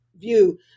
view